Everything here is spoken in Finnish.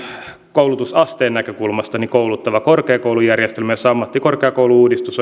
koulutusasteen näkökulmasta kouluttava korkeakoulujärjestelmä jossa ammattikorkeakoulu uudistus